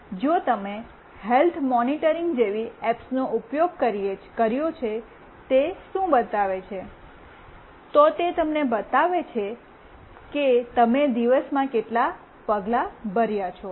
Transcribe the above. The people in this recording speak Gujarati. જો તમે હેલ્થ મોનિટરિંગ જેવી એપ્સનો ઉપયોગ કર્યો છે તે શું બતાવે છે તો તે તમને બતાવે છે કે તમે દિવસમાં કેટલા પગલાં ભર્યા છો